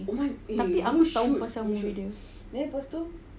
tapi aku tahu pasal movie dia